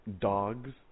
dogs